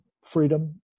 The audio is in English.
freedom